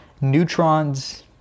neutrons